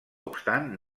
obstant